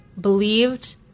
believed